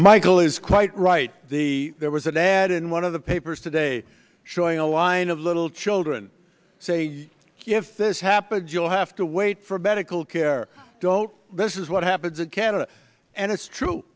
michael is quite right the there was a dad in one of the papers today showing a line of little children say if this happens you'll have to wait for bed ical care don't this is what happens again and it's true